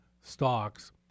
stocks